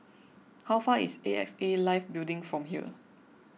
how far is A X A Life Building from here